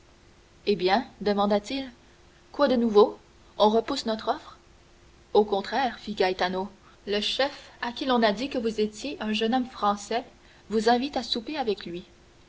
eh bien demanda-t-il quoi de nouveau on repousse notre offre au contraire fit gaetano le chef à qui l'on a dit que vous étiez un jeune homme français vous invite à souper avec lui